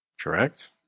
Correct